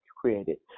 created